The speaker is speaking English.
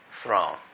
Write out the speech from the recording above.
throne